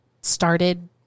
started